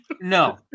No